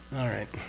alright.